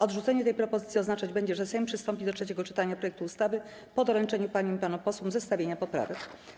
Odrzucenie tej propozycji oznaczać będzie, że Sejm przystąpi do trzeciego czytania projektu ustawy po doręczeniu paniom i panom posłom zestawienia poprawek.